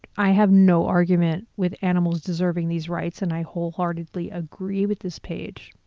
i have no argument with animals deserving these rights and i wholeheartedly agree with this page.